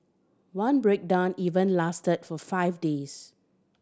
one breakdown even lasted for five days